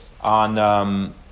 on